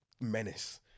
menace